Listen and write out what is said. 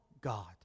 God